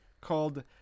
called